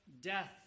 death